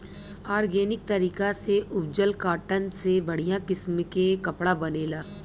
organic तरीका से उपजल कॉटन से बढ़िया किसम के कपड़ा बनेला